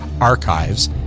archives